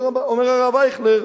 אומר הרב אייכלר,